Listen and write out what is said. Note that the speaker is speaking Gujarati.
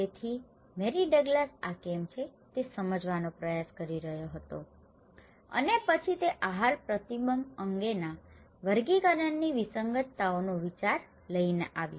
તેથી મેરી ડગ્લાસ આ કેમ છે તે સમજવાનો પ્રયાસ કરી રહ્યો હતો અને પછી તે આહાર પ્રતિબંધ અંગેના વર્ગીકરણની વિસંગતતાઓનો વિચાર લઈને આવ્યો